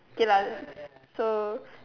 okay lah then so